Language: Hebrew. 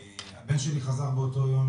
א.ש: הבן שלי חזר באותו יום